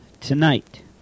tonight